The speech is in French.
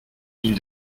mille